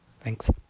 thanks